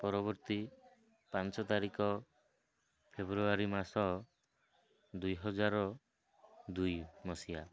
ପରବର୍ତ୍ତୀ ପାଞ୍ଚ ତାରିଖ ଫେବୃଆରୀ ମାସ ଦୁଇ ହଜାର ଦୁଇ ମସିହା